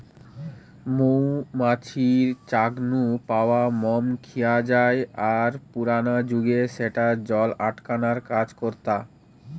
মৌ মাছির চাক নু পাওয়া মম খিয়া জায় আর পুরানা জুগে স্যাটা জল আটকানার কাজ করতা